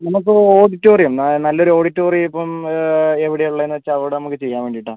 നമുക്ക് ഓഡിറ്റോറിയം നല്ലൊരു ഓഡിറ്റോറിയം ഇപ്പം എവിടെയാണ് ഉള്ളത്ന്ന് വെച്ചാൽ അവിടെ നമുക്ക് ചെയ്യാൻ വേണ്ടീട്ടാണ്